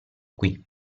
qui